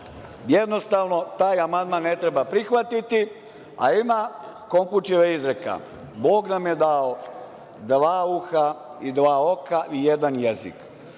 basnu. Jednostavno, taj amandman ne treba prihvatiti. A ima Konfučijeva izreka – Bog nam je dao dva uha i dva oka i jedan jezik.